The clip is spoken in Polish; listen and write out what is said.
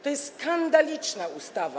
To jest skandaliczna ustawa.